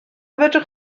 fedrwch